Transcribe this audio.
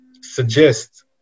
suggest